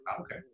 okay